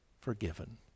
forgiven